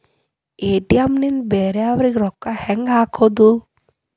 ATM ನಿಂದ ಬೇರೆಯವರಿಗೆ ರೊಕ್ಕ ಹೆಂಗ್ ಹಾಕೋದು?